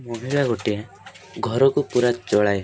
ମହିଳା ଗୋଟିଏ ଘରକୁ ପୁରା ଚଳାଏ